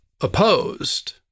opposed